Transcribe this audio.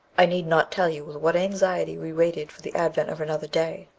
i need not tell you with what anxiety we waited for the advent of another day.